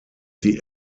die